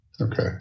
Okay